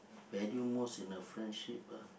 value most in a friendship ah